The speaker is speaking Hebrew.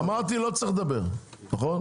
אמרתי לא צריך לדבר נכון?